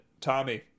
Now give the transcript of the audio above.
Tommy